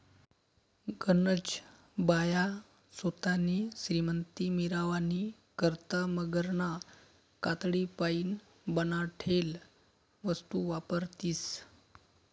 गनज बाया सोतानी श्रीमंती मिरावानी करता मगरना कातडीपाईन बनाडेल वस्तू वापरतीस